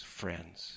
friends